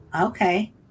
okay